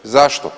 Zašto?